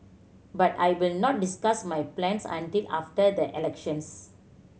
but I will not discuss my plans until after the elections